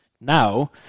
now